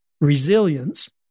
resilience